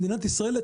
במדינת ישראל,